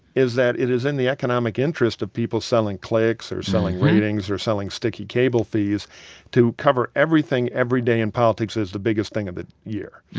is that it is in the economic interest of people selling clicks or selling ratings or selling sticky cable fees to cover everything every day, and politics is the biggest thing of the year.